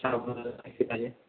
किती पाहिजे